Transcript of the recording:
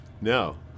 No